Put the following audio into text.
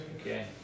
Okay